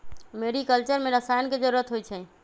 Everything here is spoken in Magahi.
मेरिकलचर में रसायन के जरूरत होई छई